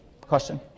question